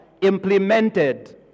implemented